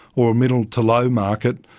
or a middle to low market,